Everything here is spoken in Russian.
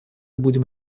будем